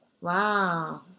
Wow